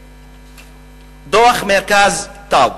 בדוח מרכז טאוב,